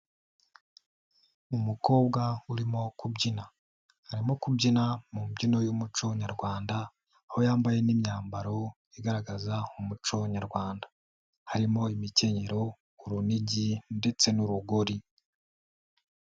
Umukobwa urimo kubyina arimo kubyina mu mbyino y'umuco Nyarwanda aho yambaye n'imyambaro igaragaza umuco Nyarwanda, harimo imikenyero, urunigi, ndetse n'urugori.